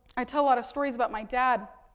i tell a lot of stories about my dad.